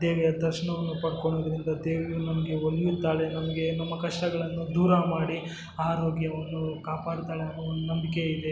ದೇವಿಯ ದರ್ಶನವನ್ನು ಪಡ್ಕೊಳೋದ್ರಿಂದ ದೇವಿಯು ನಮಗೆ ಒಲಿಯುತ್ತಾಳೆ ನಮಗೆ ನಮ್ಮ ಕಷ್ಟಗಳನ್ನು ದೂರ ಮಾಡಿ ಆರೋಗ್ಯವನ್ನು ಕಾಪಾಡ್ತಾಳೆ ಅನ್ನೊ ಒಂದು ನಂಬಿಕೆಯಿದೆ